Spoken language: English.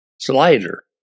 slider